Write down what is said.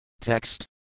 Text